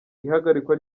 ihagarikwa